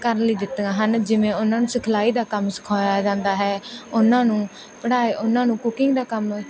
ਕਰਨ ਲਈ ਦਿੱਤੀਆਂ ਹਨ ਜਿਵੇਂ ਉਹਨਾਂ ਨੂੰ ਸਿਖਲਾਈ ਦਾ ਕੰਮ ਸਿਖਾਇਆ ਜਾਂਦਾ ਹੈ ਉਹਨਾਂ ਨੂੰ ਪੜ੍ਹਾਇਆ ਉਹਨਾਂ ਨੂੰ ਕੁਕਿੰਗ ਦਾ ਕੰਮ